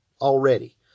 already